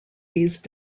these